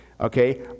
okay